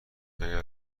اگه